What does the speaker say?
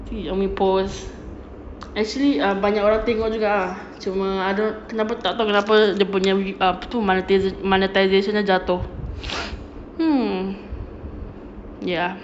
umi post actually ah banyak orang tengok juga ah cuma ada tak tahu kenapa dia punya apa tu mone~ monetization jatuh hmm ya